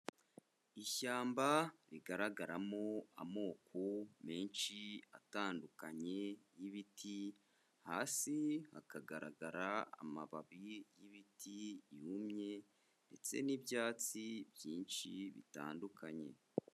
Ishyamba rigaragaramo amoko menshi atandukanye y'ibiti, hasi hakagaragara amababi y'ibiti yumye ndetse n'ibyatsi byinshi bitandukanye.